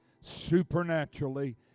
supernaturally